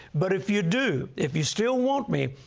but if you do, if you still want me,